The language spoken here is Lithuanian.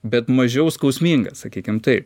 bet mažiau skausmingas sakykim taip